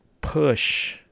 push